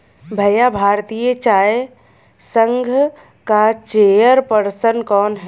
भैया भारतीय चाय संघ का चेयर पर्सन कौन है?